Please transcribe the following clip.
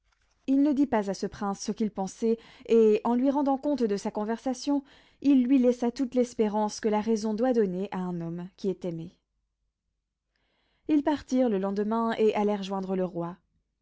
il ne dit pas à ce prince ce qu'il pensait et en lui rendant compte de sa conversation il lui laissa toute l'espérance que la raison doit donner à un homme qui est aimé ils partirent le lendemain et allèrent joindre le roi